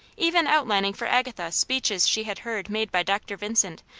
even outlining for agatha speeches she had heard made by dr. vincent,